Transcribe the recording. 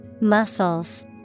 Muscles